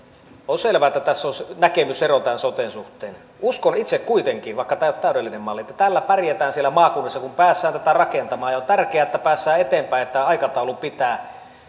on selvää että tässä on näkemysero tämän soten suhteen uskon itse kuitenkin vaikka tämä ei ole täydellinen malli että tällä pärjätään siellä maakunnissa kun päästään tätä rakentamaan on tärkeää että päästään eteenpäin että tämä aikataulu pitää